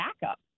backup